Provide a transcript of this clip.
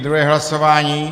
Druhé hlasování.